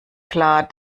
klar